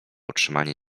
utrzymanie